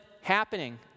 happening